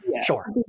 sure